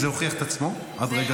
זה הוכיח את עצמו עד רגע